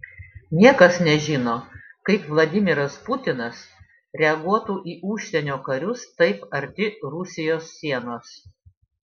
niekas nežino kaip vladimiras putinas reaguotų į užsienio karius taip arti rusijos sienos